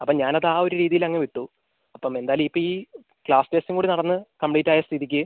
അപ്പം ഞാൻ അത് ആ ഒരു രീതിയിൽ അങ്ങ് വിട്ടു അപ്പം എന്തായാലും ഇപ്പം ഈ ക്ലാസ് ടെസ്റ്റും കൂടി നടന്ന് കംപ്ലീറ്റ് ആയ സ്ഥിതിക്ക്